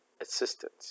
assistance